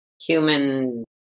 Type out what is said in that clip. Human